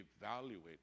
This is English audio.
evaluate